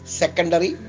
secondary